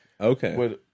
Okay